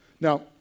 Now